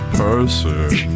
person